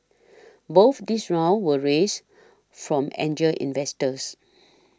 both these rounds were raised from angel investors